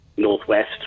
Northwest